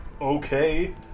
Okay